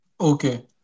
Okay